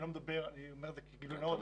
אני אומר את זה כגילוי נאות.